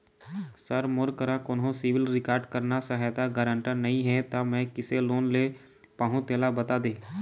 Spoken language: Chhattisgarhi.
सर मोर करा कोन्हो सिविल रिकॉर्ड करना सहायता गारंटर नई हे ता मे किसे लोन ले पाहुं तेला बता दे